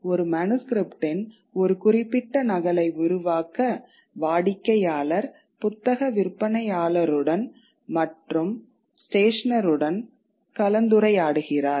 ஒரு மனுஸ்க்ரிப்ட்டின் ஒரு குறிப்பிட்ட நகலை உருவாக்க வாடிக்கையாளர் புத்தக விற்பனையாளருடன் மற்றும் ஸ்டேஷனருடன் கலந்துரையாடுகிறார்